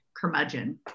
curmudgeon